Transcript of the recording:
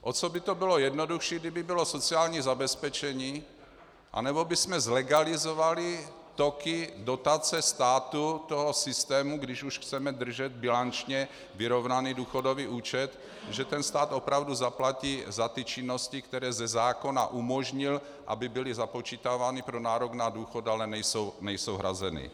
O co by to bylo jednodušší, kdyby bylo sociální zabezpečení, anebo bychom zlegalizovali toky dotace státu do systému, když už chceme držet bilančně vyrovnaný důchodový účet, že ten stát opravdu zaplatí za ty činnosti, které ze zákona umožnil, aby byly započítávány pro nárok na důchod, ale nejsou hrazeny.